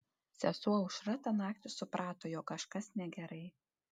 sesuo aušra tą naktį suprato jog kažkas negerai